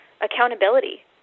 accountability